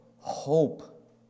hope